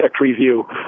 review